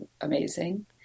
amazing